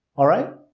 alright?